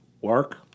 Work